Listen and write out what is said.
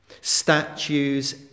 statues